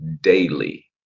daily